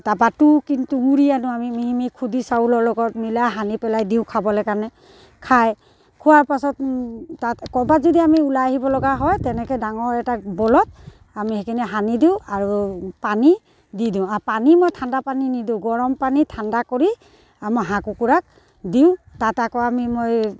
তাৰপৰা তুঁহ কিন্তু গুৰি আনো আমি মিহিমিহি খুন্দ চাউলৰ লগত মিলাই সানি পেলাই দিওঁ খাবলৈ কাৰণে খাই খোৱাৰ পাছত তাত ক'ৰবাত যদি আমি ওলাই আহিব লগা হয় তেনেকৈ ডাঙৰ এটা বলত আমি সেইখিনি সানি দিওঁ আৰু পানী দি দিওঁ আৰু পানী মই ঠাণ্ডা পানী নিদিওঁ গৰম পানী ঠাণ্ডা কৰি মই হাঁহ কুকুৰাক দিওঁ তাত আকৌ আমি মই